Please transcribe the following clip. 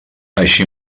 així